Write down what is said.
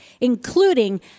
including